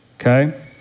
okay